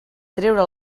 treure